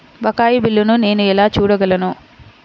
బకాయి బిల్లును నేను ఎలా చూడగలను?